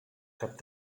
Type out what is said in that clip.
cap